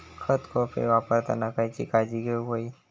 खत कोळपे वापरताना खयची काळजी घेऊक व्हयी?